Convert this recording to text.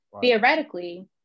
Theoretically